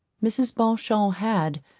mrs. beauchamp had,